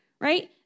right